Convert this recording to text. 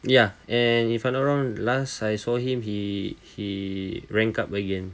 ya and if I'm not wrong last I saw him he he rank up again